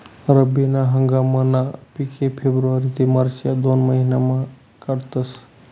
रब्बी ना हंगामना पिके फेब्रुवारी ते मार्च या दोन महिनामा काढातस